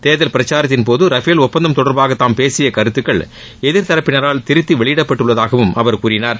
தேர்தல் பிரச்சாரத்தின் போது ரஃபேல் ஒப்பந்தம் தொடர்பாக தாம் பேசிய கருத்துக்கள் எதிர்தரப்பினரால் திரித்து வெளியிடப்பட்டுள்ளதாகவும் அவர் கூறினார்